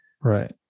Right